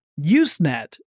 Usenet